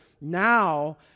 now